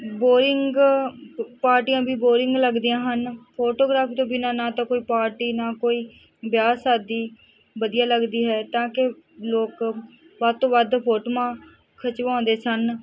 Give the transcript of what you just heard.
boring ਪਾਰਟੀਆਂ ਦੀ boring ਲੱਗਦੀਆਂ ਹਨ ਫੋਟੋਗ੍ਰਾਫੀ ਤੋਂ ਬਿਨਾਂ ਨਾ ਤਾਂ ਕੋਈ ਪਾਰਟੀ ਨਾ ਕੋਈ ਵਿਆਹ ਸ਼ਾਦੀ ਵਧੀਆ ਲੱਗਦੀ ਹੈ ਤਾਂ ਕਿ ਲੋਕ ਵੱਧ ਤੋਂ ਵੱਧ ਫੋਟੋਆਂ ਖਿਚਵਾਉਂਦੇ ਸਨ